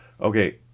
Okay